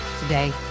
Today